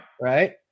right